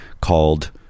called